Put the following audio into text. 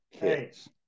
kids